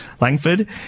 Langford